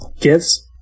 gifts